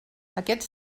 aquests